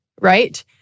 right